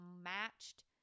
matched